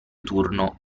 turno